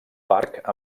parc